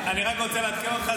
אני רק רוצה לעדכן אותך,